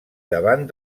davant